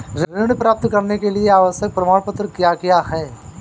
ऋण प्राप्त करने के लिए आवश्यक प्रमाण क्या क्या हैं?